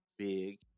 big